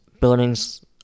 buildings